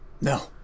No